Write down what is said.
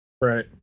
Right